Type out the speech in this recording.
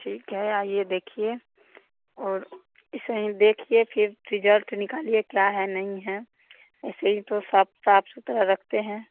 ठीक है आइए देखिए और इसे ही देखिए फिर रिजल्ट निकालिए क्या है नहीं है ऐसे ही तो सब साफ सुथरा रखते हैं